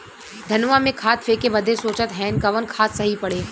धनवा में खाद फेंके बदे सोचत हैन कवन खाद सही पड़े?